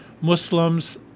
Muslims